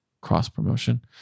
cross-promotion